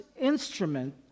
instrument